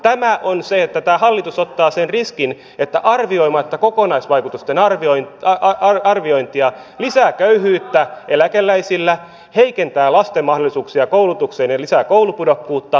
tämä hallitus ottaa sen riskin että arvioimatta kokonaisvaikutuksia se lisää köyhyyttä eläkeläisillä heikentää lasten mahdollisuuksia koulutukseen ja lisää koulupudokkuutta